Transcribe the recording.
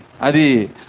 Adi